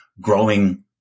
growing